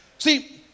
See